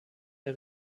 der